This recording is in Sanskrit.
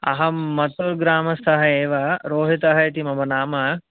अहं मत्तूर् ग्रामस्थः एव रोहितः इति मम नाम